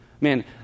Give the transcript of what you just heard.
Man